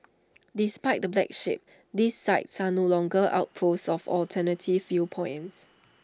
despite the black sheep these sites are no longer outposts of alternative viewpoints